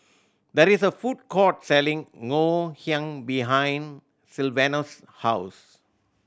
that is a food court selling Ngoh Hiang behind Sylvanus' house